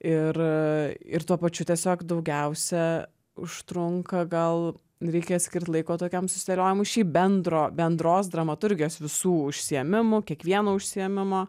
ir ir tuo pačiu tiesiog daugiausia užtrunka gal reikia skirt laiko tokiam susideliojimui šį bendro bendros dramaturgijos visų užsiėmimų kiekvieno užsiėmimo